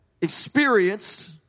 experienced